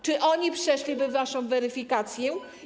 Czy oni przeszliby waszą weryfikację?